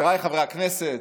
לחבריי חברי הכנסת,